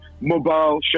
mobile